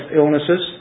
illnesses